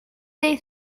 there